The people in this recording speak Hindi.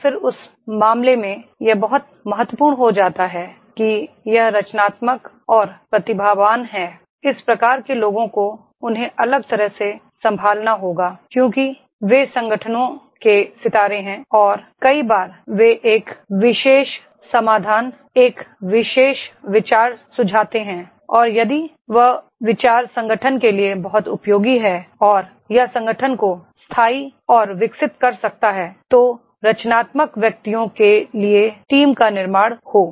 और फिर उस मामले में यह बहुत महत्वपूर्ण हो जाता है कि यह रचनात्मक और प्रतिभावान है इस प्रकार के लोगों को उन्हें अलग तरह से संभालना होगा क्योंकि वे संगठनों के सितारे हैं और कई बार वे एक विशेष समाधान एक विशेष विचार सुझाते हैं और यदि वह विचार संगठन के लिए बहुत उपयोगी है और यह संगठन को स्थायी और विकसित कर सकता है तो रचनात्मक लोगों के लिए टीम का निर्माण हो